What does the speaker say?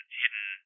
hidden